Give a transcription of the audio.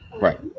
Right